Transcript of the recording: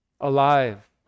alive